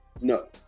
No